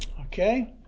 Okay